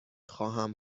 خواهم